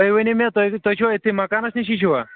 تُہۍ ؤنِو مےٚ تُہۍ تُہۍ چھِوٕ یِتھٕے مکانَس نِشِی چھِوٕ